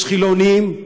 יש חילונים,